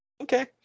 Okay